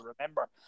remember